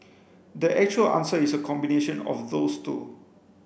the actual answer is a combination of those two